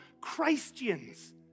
Christians